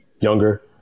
younger